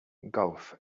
golf